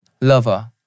Lover